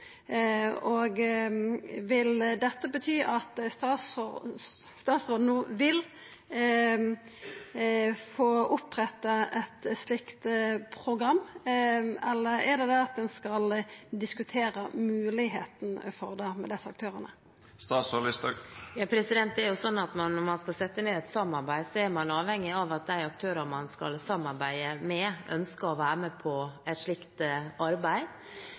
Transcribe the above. regjeringspartia. Vil dette bety at statsråden no vil få oppretta eit slikt program, eller er det det ein skal diskutera moglegheitene for med desse aktørane? Når man skal sette i gang et samarbeid, er man avhengig av at de aktørene man skal samarbeide med, ønsker å være med på et slikt arbeid.